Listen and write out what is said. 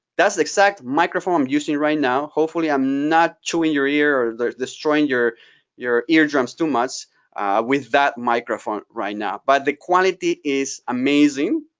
that's the exact microphone i'm using right now. hopefully i'm not chewing your ear or destroying your your ear drums too much with that microphone right now. but the quality is amazing.